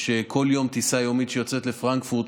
יש כל יום טיסה יומית שיוצאת לפרנקפורט,